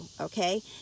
Okay